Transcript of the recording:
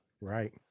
Right